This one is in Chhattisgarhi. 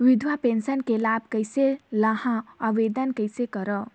विधवा पेंशन के लाभ कइसे लहां? आवेदन कइसे करव?